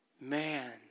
Man